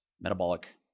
metabolic